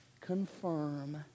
confirm